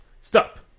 Stop